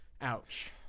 ouch